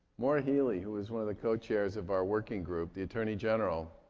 maura healey, who is one of the co-chairs of our working group, the attorney general,